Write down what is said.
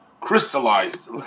crystallized